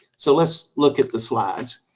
so let's look at the slides.